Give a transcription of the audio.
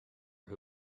who